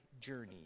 journey